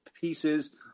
pieces